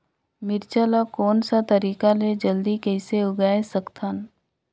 मिरचा ला कोन सा तरीका ले जल्दी कइसे उगाय सकथन?